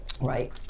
right